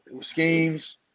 schemes